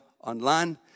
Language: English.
online